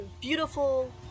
beautiful